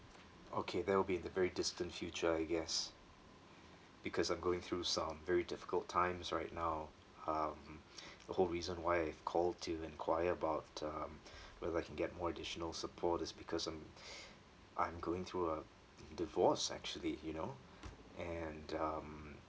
okay that will be in the very distant future I guess because I'm going through some very difficult times right now um the whole reason why I've called to enquire about um whether I can get more additional support is because um I'm going through a d~ divorce actually you know and um